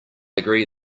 agree